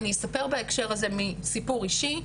אני אספר בהקשר הזה מסיפור אישי,